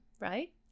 right